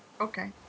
okay